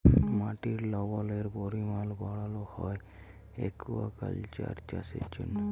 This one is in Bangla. মাটির লবলের পরিমাল বাড়ালো হ্যয় একুয়াকালচার চাষের জ্যনহে